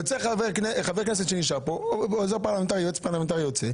יוצא חבר הכנסת ואיתו יוצא גם היועץ הפרלמנטרי,